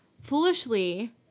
foolishly